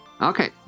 Okay